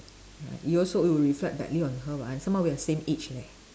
it also it will reflect badly on her [what] and some more we are same age leh